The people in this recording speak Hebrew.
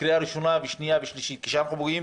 בקריאה ראשונה, שנייה ושלישית, כשאנחנו פוגעים